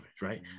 right